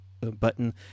button